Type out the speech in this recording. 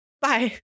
bye